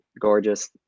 gorgeous